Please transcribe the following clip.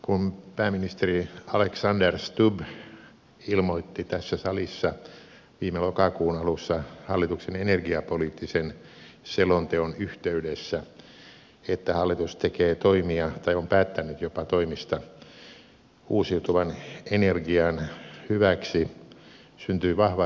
kun pääministeri alexander stubb ilmoitti tässä salissa viime lokakuun alussa hallituksen energiapoliittisen selonteon yhteydessä että hallitus tekee toimia tai on päättänyt jopa toimista uusiutuvan energian hyväksi syntyi vahva toivon kajo